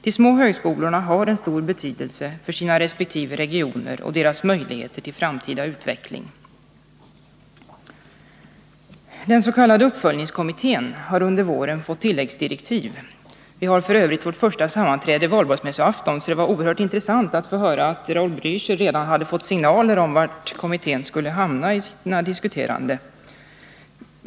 De små högskolorna har stor betydelse för sina resp. regioner och deras möjligheter till framtida utveckling. Den s.k. uppföljningskommittén har under våren fått tilläggsdirektiv. Vi har f. ö. vårt första sammanträde på Valborgsmässoafton. Det var därför oerhört intressant att höra att Raul Blächer redan hade fått signaler om var kommittén skulle hamna i sina diskussioner.